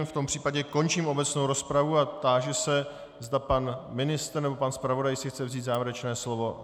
V tom případě končím obecnou rozpravu a táži se, zda pan ministr, nebo pan zpravodaj si chtějí vzít závěrečné slovo?